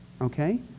Okay